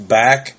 back